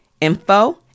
info